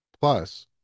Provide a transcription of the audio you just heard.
Plus